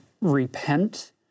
repent